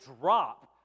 drop